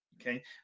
Okay